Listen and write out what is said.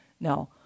no